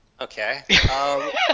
Okay